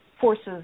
Forces